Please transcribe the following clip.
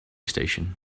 station